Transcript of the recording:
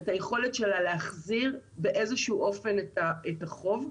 את היכולת שלה להחזיר באיזשהו אופן את החוב.